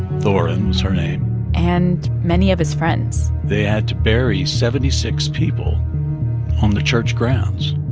thoren was her name and many of his friends they had to bury seventy six people on the church grounds,